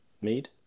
Mead